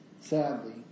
sadly